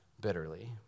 bitterly